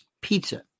Pizza